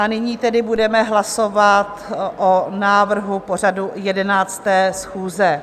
Nyní tedy budeme hlasovat o návrhu pořadu 11. schůze.